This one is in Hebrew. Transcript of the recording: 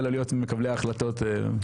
לא להיות מקבלי ההחלטות ונכבד אותה.